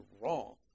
wrong